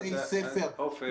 עופר, עופר.